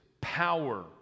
power